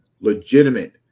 legitimate